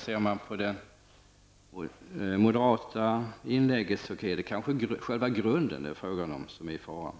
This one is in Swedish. Ser man på det moderata inlägget är det kanske själva grunden som är i fara.